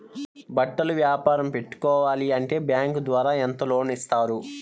బట్టలు వ్యాపారం పెట్టుకోవాలి అంటే బ్యాంకు ద్వారా ఎంత లోన్ ఇస్తారు?